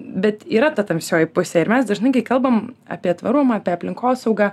bet yra ta tamsioji pusė ir mes dažnai kai kalbam apie tvarumą apie aplinkosaugą